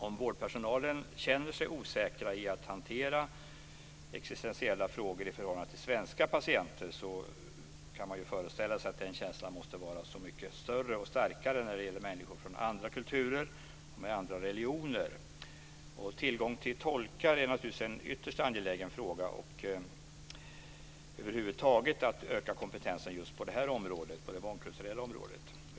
Om vårdpersonalen känner sig osäker i att hantera existentiella frågor i förhållande till svenska patienter kan man föreställa sig att den känslan måste vara mycket större och starkare när det gäller människor från andra kulturer och med andra religioner. Tillgång till tolkar är naturligtvis en ytterst angelägen fråga, liksom över huvud taget att öka kompetensen på det mångkulturella området.